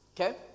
okay